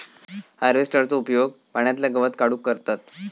हार्वेस्टरचो उपयोग पाण्यातला गवत काढूक करतत